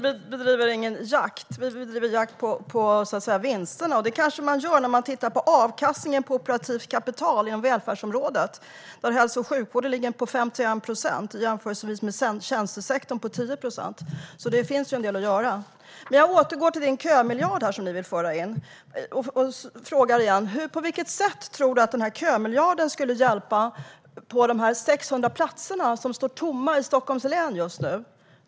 Herr talman! Vi bedriver ingen jakt. Vi bedriver jakt på vinsterna. När vi tittar på avkastningen på operativt kapital inom välfärdsområdet ser vi att hälso och sjukvården ligger på 51 procent jämfört med tjänstesektorn, som ligger på 10 procent. Det finns alltså en del att göra. Jag återkommer till den kömiljard som ni vill föra in och frågar igen: På vilket sätt tror Emma Henriksson att en kömiljard skulle avhjälpa att 600 platser står tomma i Stockholms län just nu?